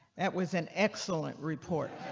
that was an excellent report.